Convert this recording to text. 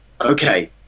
okay